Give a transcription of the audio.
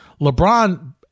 LeBron